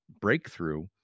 breakthrough